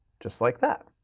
just like that.